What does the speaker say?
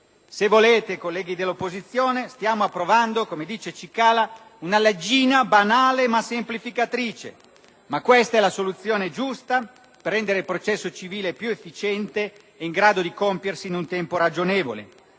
Se volete, colleghi dell'opposizione, stiamo approvando - come dice Cicala - una leggina banale, ma semplificatrice. Questa è la soluzione giusta per rendere il processo civile più efficiente e in grado di compiersi in un tempo ragionevole.